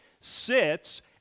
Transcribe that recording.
sits